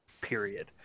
period